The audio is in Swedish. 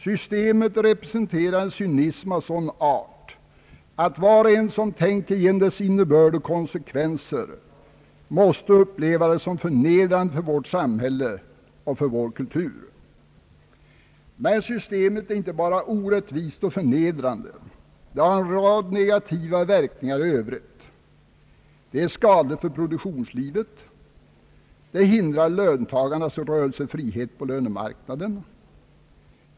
Systemet representerar en cynism av sådan art att var och en som tänker igenom dess innebörd och konsekvenser måste uppleva det som förnedrande för vårt samhälle och vår kultur. Men systemet är inte bara orättvist och förnedrande, Det har en rad negativa verkningar i övrigt. Det är skadligt för produktionslivet. Det hindrar löntagarnas rörelsefrihet på lönemarknaden.